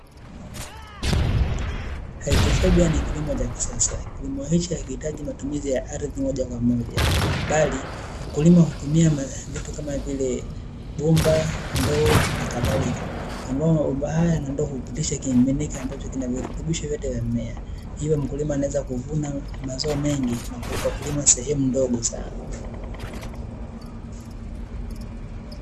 Haidroponi ni kilimo cha kisasa. Kilimo hicho hakihitaji matumizi ya ardhi moja kwa moja bali mkulima hutumia vitu kama vile: bomba, ndoo, na kadhalika; ambayo mabomba haya na ndoo hupitisha kimiminika ambacho kina virutubisho vyote vya mmea. Mkulima anaweza kuvuna mazao mengi kwa kulima sehemu ndogo sana.